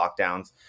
lockdowns